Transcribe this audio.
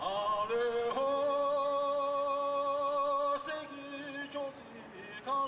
oh oh oh